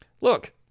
Look